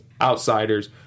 outsiders